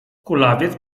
kulawiec